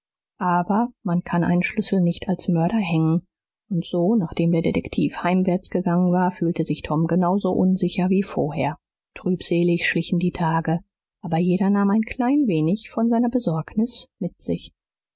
aber man kann einen schlüssel nicht als mörder hängen und so nachdem der detektiv heimwärts gegangen war fühlte sich tom genau so unsicher wie vorher trübselig schlichen die tage aber jeder nahm ein klein wenig von seiner besorgnis mit sich